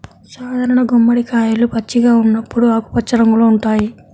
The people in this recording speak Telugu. సాధారణ గుమ్మడికాయలు పచ్చిగా ఉన్నప్పుడు ఆకుపచ్చ రంగులో ఉంటాయి